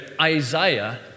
Isaiah